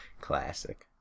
Classic